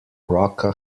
rocca